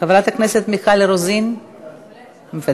חברת הכנסת מיכל רוזין, מוותרת.